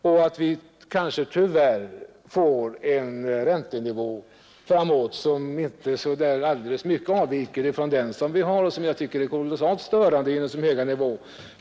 Vi får kanske tyvärr en räntenivå som inte så mycket avviker från den vi har och som jag tycker är störande hög.